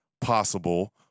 possible